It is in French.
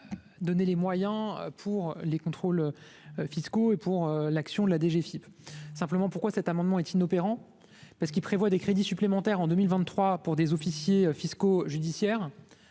donner les moyens pour les contrôles fiscaux et pour l'action de la DGFIP simplement pourquoi cet amendement est inopérant, parce qu'il prévoit des crédits supplémentaires en 2023 pour des officiers fiscaux judiciaires